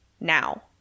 now